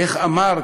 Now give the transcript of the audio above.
איך אמרת?